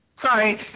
Sorry